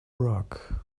rock